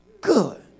good